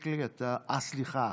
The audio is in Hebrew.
עאידה תומא סלימאן,